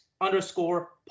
underscore